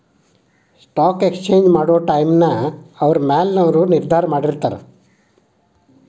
stock exchange ಮಾಡೊ ಟೈಮ್ನ ಅವ್ರ ಮ್ಯಾಲಿನವರು ನಿರ್ಧಾರ ಮಾಡಿರ್ತಾರ